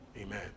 Amen